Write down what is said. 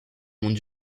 monde